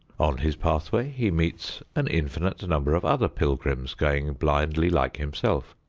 on his pathway he meets an infinite number of other pilgrims going blindly like himself.